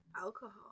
alcohol